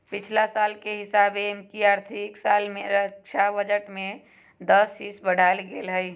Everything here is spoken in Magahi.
पछिला साल के हिसाबे एमकि आर्थिक साल में रक्षा बजट में दस हिस बढ़ायल गेल हइ